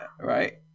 Right